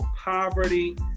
poverty